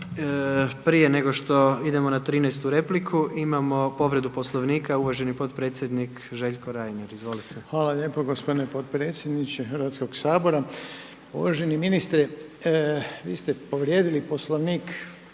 Prije nego što idemo na 13 repliku imamo povredu Poslovnika uvaženi potpredsjednik Željko Reiner. Izvolite. **Reiner, Željko (HDZ)** Hvala lijepo gospodine potpredsjedniče Hrvatskog sabora. Uvaženi ministre vi ste povrijedili Poslovnik